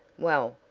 well,